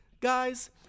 Guys